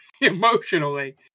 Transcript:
emotionally